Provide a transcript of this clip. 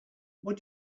what